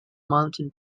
mountain